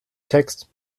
text